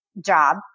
job